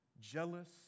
jealous